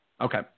Okay